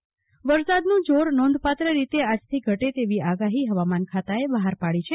વા માળ વરસાદનું જોર નોધપાત્ર રીતે આજથી ઘટે તેવી આગાહી હવામાન ખાતાએ બહાર પાડી છે